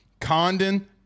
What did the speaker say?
Condon